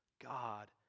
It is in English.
God